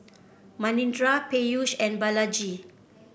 Manindra Peyush and Balaji